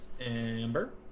Amber